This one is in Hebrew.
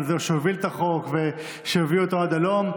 זה שהוביל את החוק והביא אותו עד הלום.